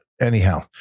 anyhow